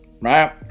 Right